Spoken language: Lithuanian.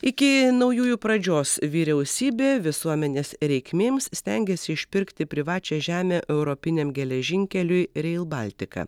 iki naujųjų pradžios vyriausybė visuomenės reikmėms stengėsi išpirkti privačią žemę europiniam geležinkeliui rail baltica